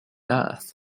earth